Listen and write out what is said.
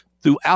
Throughout